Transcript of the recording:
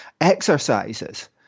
exercises